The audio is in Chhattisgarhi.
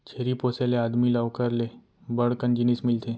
छेरी पोसे ले आदमी ल ओकर ले बड़ कन जिनिस मिलथे